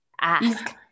ask